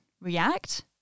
react